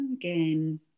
Again